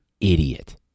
idiot